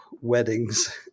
weddings